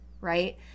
right